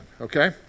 okay